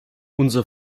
unser